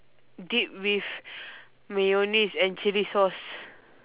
dipped with mayonnaise and chilli sauce